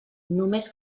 només